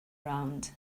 round